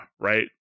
right